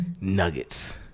Nuggets